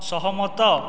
ସହମତ